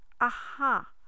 aha